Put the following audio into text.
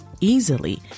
easily